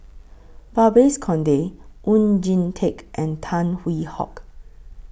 Babes Conde Oon Jin Teik and Tan Hwee Hock